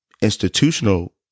institutional